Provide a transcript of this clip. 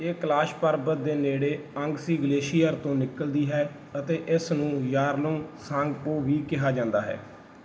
ਇਹ ਕੈਲਾਸ਼ ਪਰਬਤ ਦੇ ਨੇੜੇ ਅੰਗਸੀ ਗਲੇਸ਼ੀਅਰ ਤੋਂ ਨਿਕਲਦੀ ਹੈ ਅਤੇ ਇਸਨੂੰ ਯਾਰਲੁੰਗ ਸਾਂਗਪੋ ਵੀ ਕਿਹਾ ਜਾਂਦਾ ਹੈ